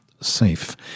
Safe